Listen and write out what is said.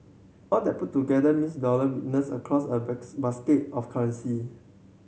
all that put together means dollar weakness across a basket of currency